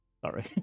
Sorry